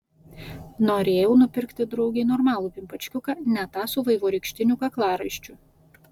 norėjau nupirkti draugei normalų pimpačkiuką ne tą su vaivorykštiniu kaklaraiščiu